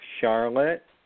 Charlotte